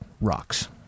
Rocks